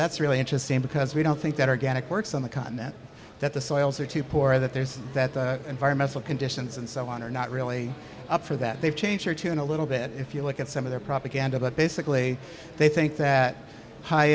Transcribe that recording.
that's really interesting because we don't think that are getting works on the continent that the soils are too poor that there's that environmental conditions and so on are not really up for that they've changed their tune a little bit if you look at some of their propaganda but basically they think that hi